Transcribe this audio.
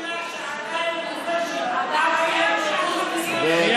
תן לי מדינה אחת שעדיין כובשת עם אחר,